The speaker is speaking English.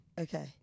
okay